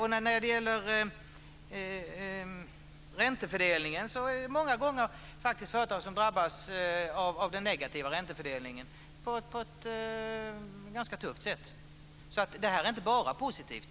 När det gäller räntefördelningen drabbas företag många gånger av den negativa räntefördelningen på ett ganska tufft sätt. Det här är alltså inte bara positivt.